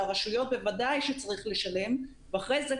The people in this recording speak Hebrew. לרשויות בוודאי שצריך לשלם ואחרי זה,